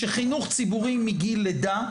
שחינוך ציבורי מגיל לידה,